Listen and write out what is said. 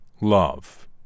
love